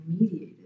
mediated